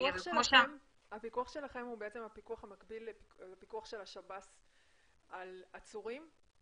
הפיקוח שלכם הוא הפיקוח המקביל לפיקוח של השב"ס על עצורים?